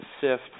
sift